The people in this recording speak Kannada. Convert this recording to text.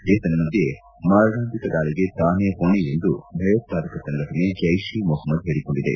ಏತನ್ಮದ್ದೆ ಮಾರಣಾಂತಿಕ ದಾಳಿಗೆ ತಾನೇ ಹೊಣೆ ಎಂದು ಭಯೋತ್ಪಾದಕ ಸಂಘಟನೆ ಜೈಷ್ ಇ ಮೊಹಮ್ಮದ್ ಹೇಳಕೊಂಡಿದೆ